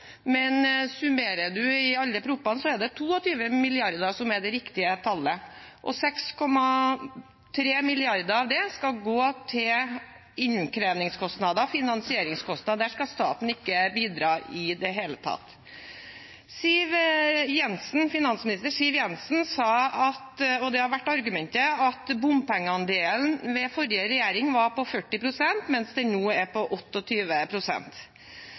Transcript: men summerer man alle proposisjonene, er 22 mrd. kr det riktige tallet. 6,3 mrd. kr av det skal gå til innkrevingskostnader og finansieringskostnader. Der skal staten ikke bidra i det hele tatt. Finansminister Siv Jensen har sagt – og dette har vært argumentet – at bompengeandelen under den forrige regjeringen var på 40 pst., mens den nå er på